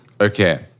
Okay